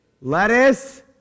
lettuce